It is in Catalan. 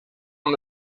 amb